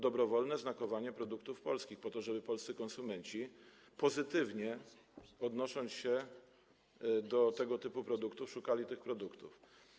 Dobrowolne znakowanie produktów polskich po to, żeby polscy konsumenci, pozytywnie odnosząc się do tego typu produktów, szukali tych produktów.